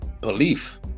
belief